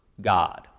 God